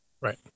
Right